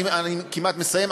אני כמעט מסיים.